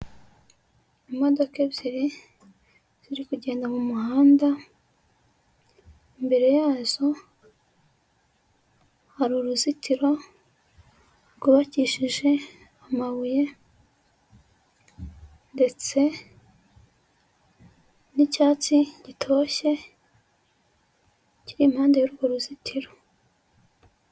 Imodoka ebyiri ziri kugenda mu muhanda, imbere yazo hari uruzitiro rwubakishe amabuye ndetse n'icyatsi gitoshye kiri impande y'urwo ruzitiro.